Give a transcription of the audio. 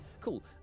Cool